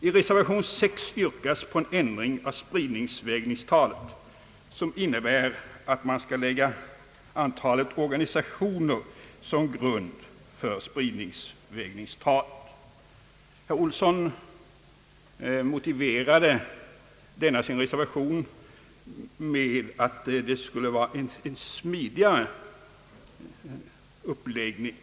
I reservation 6 yrkas på en ändring av spridningsvägningstalet, vilken innebär att man skall lägga antalet organisationer som grund för spridningsvägningstalet. Herr Johan Olsson motiverade denna sin reservation med att det skulle vara en smidigare uppläggning.